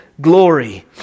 glory